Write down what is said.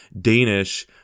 Danish